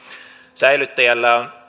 säilyttäjällä